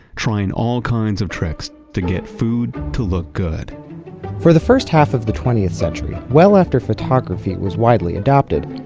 trying all kinds of tricks to get food to look good for the first half of the twentieth century, well after photography was widely adopted,